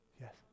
Yes